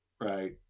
right